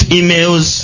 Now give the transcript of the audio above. emails